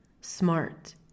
smart